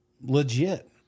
legit